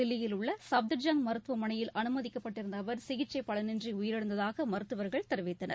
தில்லியில் உள்ள சப்தர்ஜய் மருத்துவமனையில் அனுமதிக்கப்பட்டிருந்த அவர் சிகிச்சை பலனின்றி உயிரிழந்ததாக மருத்துவர்கள் தெரிவித்தனர்